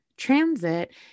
transit